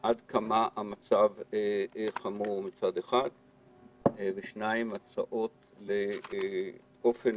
עד כמה המצב חמור, ויציע הצעות לאופן